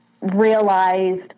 realized